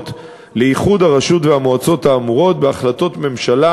לאיחוד הרשות והמועצות האמורות בהחלטות ממשלה,